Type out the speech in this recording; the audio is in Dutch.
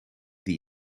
die